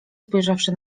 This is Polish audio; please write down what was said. spojrzawszy